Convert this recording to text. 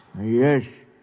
yes